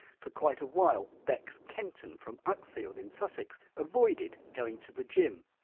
for quite a while bex kenton, from uckfield in sussex, avoided going to the gym.